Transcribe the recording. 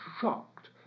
shocked